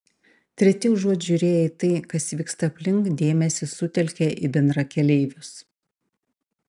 treti užuot žiūrėję į tai kas vyksta aplink dėmesį sutelkia į bendrakeleivius